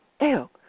ew